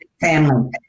family